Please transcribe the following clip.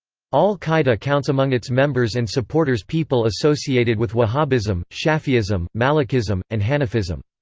al-qaeda counts among its members and supporters people associated with wahhabism, shafi'ism, malikism, and hanafism.